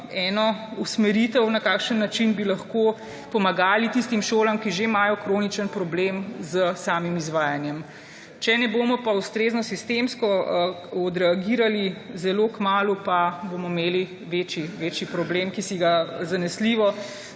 eno usmeritev, na kakšen način bi lahko pomagali tistim šolam, ki že imajo kroničen problem s samim izvajanjem. Če ne bomo pa ustrezno sistemsko odreagirali zelo kmalu, pa bomo imeli večji problem, ki si ga zanesljivo